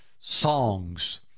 songs